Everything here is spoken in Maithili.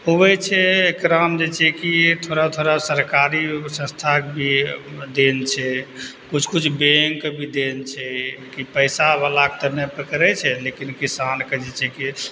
हुअए छै एकरामे जे छै कि थोड़ा थोड़ा सरकारी संस्थाके भी देन छै किछु किछु बैंकके भी देन छै कि पैसावलाके तऽ नहि पकड़य छै लेकिन किसानके जे छै कि